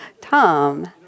Tom